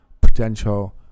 potential